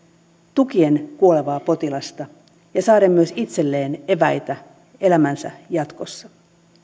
tukien kuolevaa potilasta ja saaden myös itselleen eväitä elämänsä jatkossa